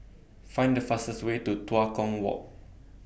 Find The fastest Way to Tua Kong Walk